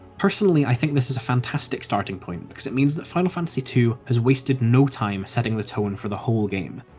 personally, i think this is a fantastic starting point because it means that final fantasy ii has wasted no time setting the tone for the whole game,